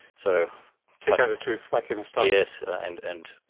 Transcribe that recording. so take out a tooth, whack in a stud. yes, and and